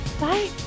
Bye